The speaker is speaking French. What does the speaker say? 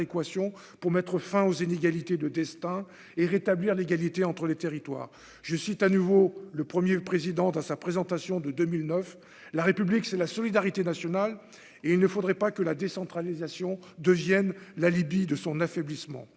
pour mettre fin aux inégalités de destin et rétablir l'égalité entre les territoires, je cite à nouveau le premier le président à sa présentation de 2009, la République, c'est la solidarité nationale et il ne faudrait pas que la décentralisation devienne l'alibi de son affaiblissement,